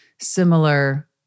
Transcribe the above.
similar